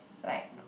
like